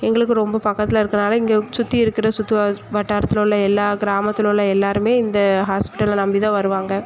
எங்களுக்கு ரொம்ப பக்கத்தில் இருக்கனால இங்கே சுற்றி இருக்கிற சுற்று வட்டாரத்தில் உள்ள எல்லா கிராமத்தில் உள்ள எல்லோருமே இந்த ஹாஸ்பிட்டலை நம்பி தான் வருவாங்க